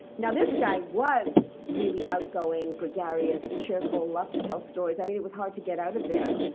now this guy was really outgoing, gregarious, cheerful, loved to tell stories. i mean it was hard to get out of there.